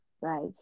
right